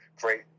great